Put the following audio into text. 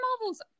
Marvel's